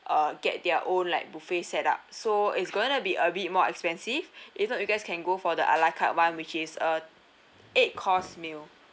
uh get their own like buffet set up so it's going to be a bit more expensive if not you guys can go for the a la carte one which is a eight course meal